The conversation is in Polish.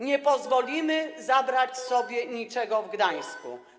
Nie pozwolimy zabrać sobie niczego w Gdańsku.